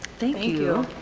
thank you.